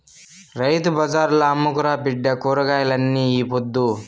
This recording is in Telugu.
రైతు బజార్ల అమ్ముకురా బిడ్డా కూరగాయల్ని ఈ పొద్దు